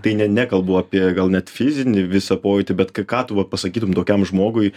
tai ne nekalbu apie gal net fizinį visą pojūtį bet ką ką tu vat pasakytum tokiam žmogui